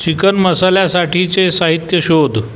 chicken मसाल्यासाठीचे साहित्य शोध